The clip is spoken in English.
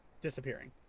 Disappearing